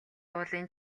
уулын